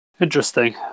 Interesting